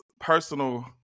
personal